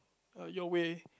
your way